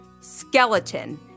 skeleton